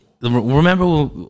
remember